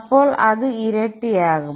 അപ്പോൾ അത് ഇരട്ടിയാകും